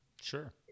Sure